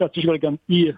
atsižvelgiant į